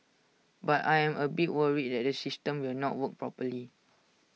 but I am A bit worried that the system will not work properly